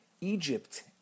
Egypt